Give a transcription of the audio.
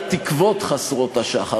התקוות חסרות השחר.